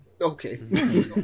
okay